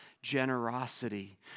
generosity